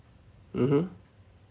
mmhmm